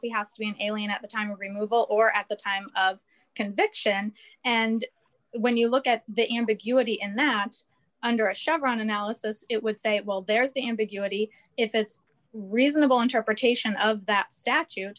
if he has to be an alien at the time removal or at the time of conviction and when you look at the ambiguity in that under a chevron analysis it would say it while there is the ambiguity if it's reasonable interpretation of that statu